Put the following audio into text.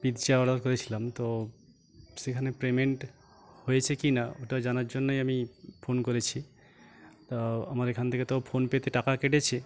pizza order করেছিলাম তো সেখানে পেমেন্ট হয়েছে কি না ওটা জানার জন্যই আমি ফোন করেছি তা আমার এখান থেকে তো ফোন পেতে টাকা কেটেছে